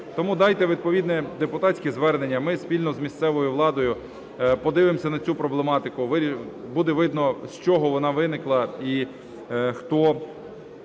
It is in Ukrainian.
Тому дайте відповідне депутатське звернення, ми спільно з місцевою владою подивимося на цю проблематику, Буде видно, з чого вона виникла і хто